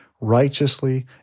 righteously